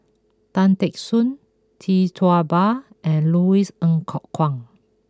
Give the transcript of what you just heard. Tan Teck Soon Tee Tua Ba and Louis Ng Kok Kwang